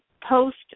post